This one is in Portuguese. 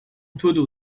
tudo